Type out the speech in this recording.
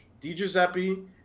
DiGiuseppe